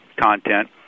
content